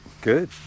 Good